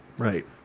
Right